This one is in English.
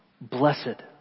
Blessed